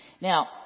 Now